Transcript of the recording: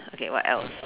okay what else